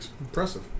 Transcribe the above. Impressive